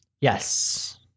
yes